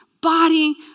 body